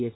S